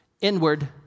inward